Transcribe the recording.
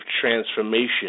transformation